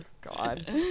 God